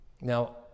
Now